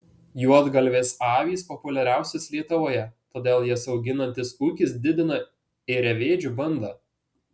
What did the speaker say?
juodgalvės avys populiariausios lietuvoje todėl jas auginantis ūkis didina ėriavedžių bandą